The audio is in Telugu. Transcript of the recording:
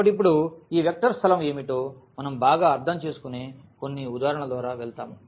కాబట్టి ఇప్పుడు ఈ వెక్టర్ స్థలం ఏమిటో మనం బాగా అర్థం చేసుకునే కొన్ని ఉదాహరణల ద్వారా వెళ్తాము